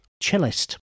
Cellist